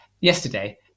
Yesterday